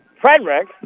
Frederick